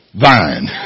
vine